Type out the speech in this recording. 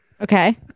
Okay